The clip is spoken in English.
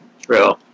True